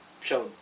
shown